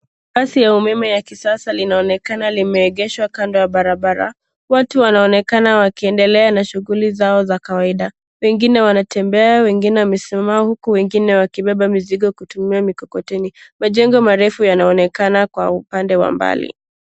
Ardhi ya umeme ya kisasa linaonekana limeegeshwa kando ya barabara. Watu wanaonekana wakiendelea na shughuli zao za kawaida. Wengine wanatembea, wengine wamesimama, huku wengine wakibeba mizigo kutumia mikokoteni. Majengo marefu yanaonekana kwa upande wa mbali.